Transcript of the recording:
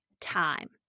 time